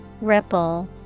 Ripple